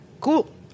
cool